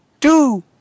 two